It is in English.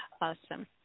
Awesome